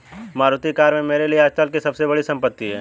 Maruti car मेरे लिए आजतक की सबसे बड़ी संपत्ति है